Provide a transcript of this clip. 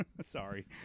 sorry